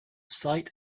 sight